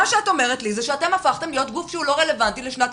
מה שאת אומרת לי זה שאתם הפכתם להיות גוף שהוא לא רלוונטי לשנת